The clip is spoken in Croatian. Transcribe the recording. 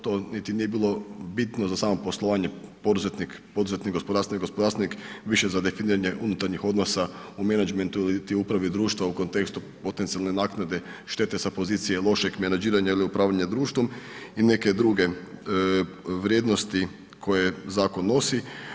To niti nije bilo bitno za samo poslovanje, poduzetnik, poduzetnik, gospodarstvenik, gospodarstvenik, više za definiranje unutarnjih odnosa u menadžmentu ili upravi društva u kontekstu potencijalne naknade, štete sa pozicije lošeg menadžiranja i upravljanja društvom i neke druge vrijednosti koje zakon nosi.